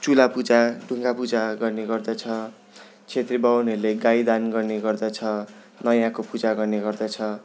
चुला पूजा ढुङ्गा पूजा गर्ने गर्दछ छेत्री बाहुनहेरूले गाईदान गर्ने गर्दछ नयाँको पूजा गर्ने गर्दछ है